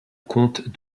compte